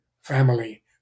family